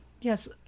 Yes